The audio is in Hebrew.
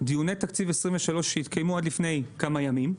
דיוני תקציב 23 שהתקיימו עד לפני כמה ימים,